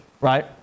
Right